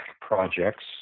projects